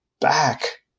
back